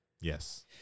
yes